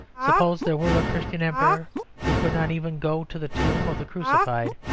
suppose there were a christian emperor who could not even go to the tomb of the crucified,